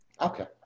okay